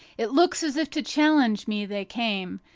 it looks as if to challenge me they came,